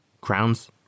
Crown's